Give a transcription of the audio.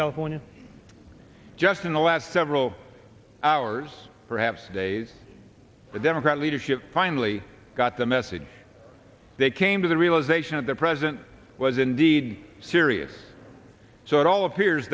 california just in the last several hours perhaps days the democrat leadership finally got the message they came to the realization of the president was indeed serious so it all appears